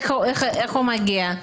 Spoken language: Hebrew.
איך הוא מגיע?